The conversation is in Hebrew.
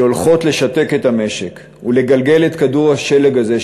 שהולכות לשתק את המשק ולגלגל את כדור השלג הזה,